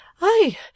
I